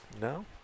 No